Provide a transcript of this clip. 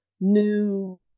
new